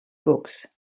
books